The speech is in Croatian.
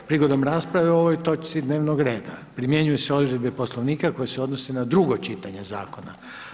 Prigodom rasprave o ovoj točci dnevnog reda primjenjuju se odredbe Poslovnika koje se odnose na drugo čitanje zakona.